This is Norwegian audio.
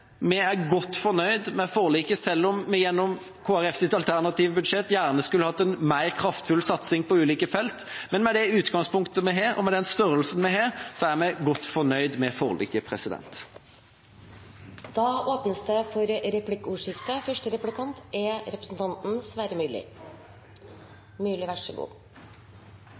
Folkeparti er godt fornøyd med forliket, selv om vi gjennom Kristelig Folkepartis alternative budsjett gjerne skulle hatt en mer kraftfull satsing på ulike felt. Men med det utgangspunktet vi har, og med den størrelsen vi har, er vi godt fornøyd med forliket. Det blir replikkordskifte.